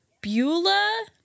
Beulah